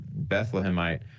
Bethlehemite